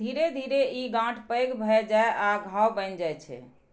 धीरे धीरे ई गांठ पैघ भए जाइ आ घाव बनि जाइ छै